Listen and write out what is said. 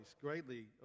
greatly